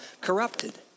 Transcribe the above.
corrupted